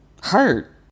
hurt